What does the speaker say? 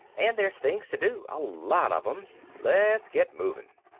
and there's things to do, a lot of them. let's get moving.